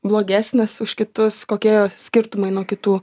blogesnis už kitus kokie jo skirtumai nuo kitų